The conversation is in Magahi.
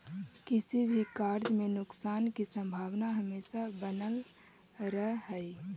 किसी भी कार्य में नुकसान की संभावना हमेशा बनल रहअ हई